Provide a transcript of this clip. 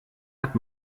hat